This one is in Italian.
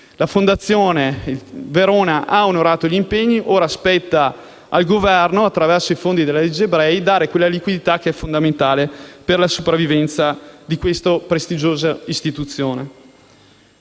La Fondazione Arena di Verona ha onorato gli impegni e ora spetta al Governo, attraverso i fondi previsti nella cosiddetta legge Brey, dare quella liquidità che è fondamentale per la sopravvivenza di questa prestigiosa istituzione.